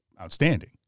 outstanding